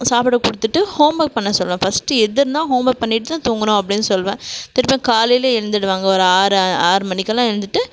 சாப்பிட கொடுத்துட்டு home work பண்ண சொல்வேன் ஃபர்ஸ்ட்டு எது இருந்தால் ஹோம் ஒர்க் பண்ணிவிட்டுதான் தூங்கணும் அப்படின் சொல்வேன் திருப்பியும் காலையில் எழுந்துவிடுவாங்க ஒரு ஆறு ஆறு மணிக்கெல்லாம் எழுந்துவிட்டு